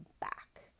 back